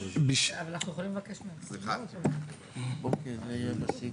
אנחנו עושים פירוק על נכסים ועל התחייבויות.